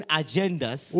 agendas